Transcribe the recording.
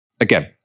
Again